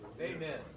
Amen